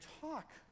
talk